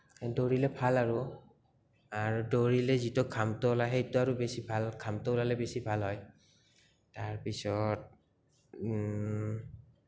দৌৰিলে ভাল আৰু আৰু দৌৰিলে যিটো ঘামটো ওলাই সেইটো আৰু বেছি ভাল ঘামটো ওলালে বেছি ভাল হয় তাৰপিছত